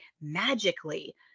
magically